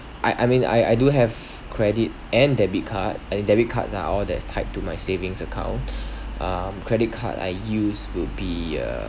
I I mean I I do have credit and debit card and debit cards are all that's tied to my savings account um credit card I use will be uh